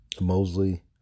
Mosley